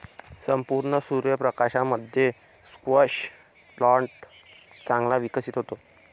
संपूर्ण सूर्य प्रकाशामध्ये स्क्वॅश प्लांट चांगला विकसित होतो